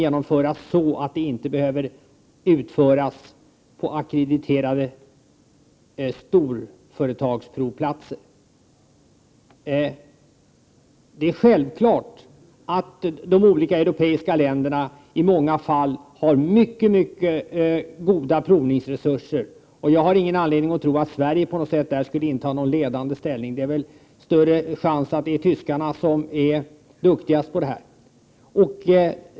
Harmoniseringen behöver inte utföras på ackrediterade storföretags provplatser. Det är självklart att de olika europeiska länderna i många fall har mycket goda provningsresurser. Jag har ingen anledning att tro att Sverige på något sätt skulle inta en ledande ställning. Chansen är större att det är tyskarna som är duktigast på detta.